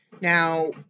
Now